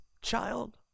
child